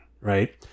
right